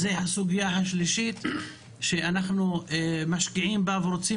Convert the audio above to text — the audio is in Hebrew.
זו הסוגיה השלישית שאנחנו משקיעים ורוצים